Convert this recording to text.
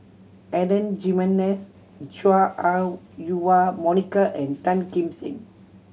Adan Jimenez Chua Ah Huwa Monica and Tan Kim Seng